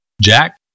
Jack